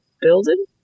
building